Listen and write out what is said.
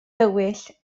dywyll